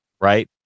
Right